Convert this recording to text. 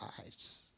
eyes